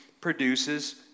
produces